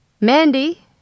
Mandy